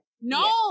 No